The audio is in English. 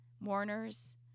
mourners